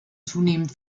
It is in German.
zunehmend